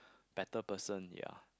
better person ya